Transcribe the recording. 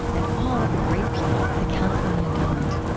and all of the great people at the california endowment